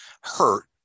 hurt